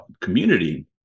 community